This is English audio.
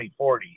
2040